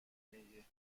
میگی